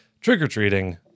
Trick-or-treating